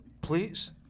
please